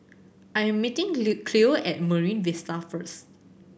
I am meeting Cleo at Marine Vista first